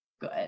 good